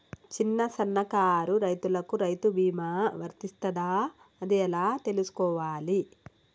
చిన్న సన్నకారు రైతులకు రైతు బీమా వర్తిస్తదా అది ఎలా తెలుసుకోవాలి?